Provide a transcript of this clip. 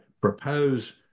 propose